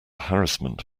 harassment